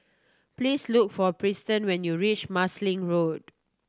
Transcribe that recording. please look for Preston when you reach Marsiling Road